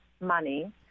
money